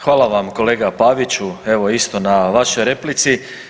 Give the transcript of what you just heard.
Hvala vam kolega Paviću, evo isto na vašoj replici.